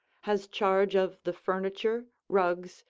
has charge of the furniture, rugs,